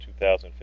2015